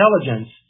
intelligence